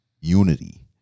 unity